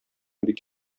бик